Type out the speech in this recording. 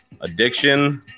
Addiction